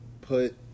put